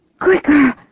Quicker